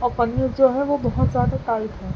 اور پنیر جو ہے وہ بہت زیادہ ٹائٹ ہے